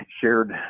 shared